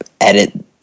edit